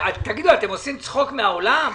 אתם עושים צחוק מהעולם?